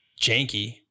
janky